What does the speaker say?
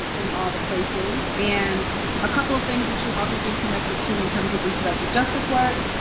in all the places. and a couple of things that you all can get connected to, in terms of reproductive justice work.